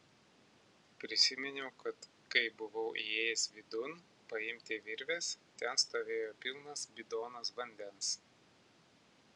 prisiminiau kad kai buvau įėjęs vidun paimti virvės ten stovėjo pilnas bidonas vandens